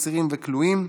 אסירים וכלואים),